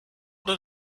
did